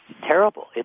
Terrible